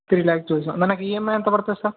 three lakhs చూశాం మనకు EMI ఎంత పడుతుంది సార్